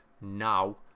now